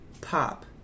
Pop